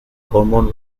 hormone